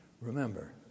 Remember